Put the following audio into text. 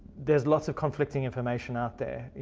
there's lots of conflicting information out there.